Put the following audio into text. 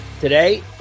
today